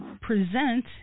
present